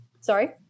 Sorry